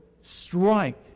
strike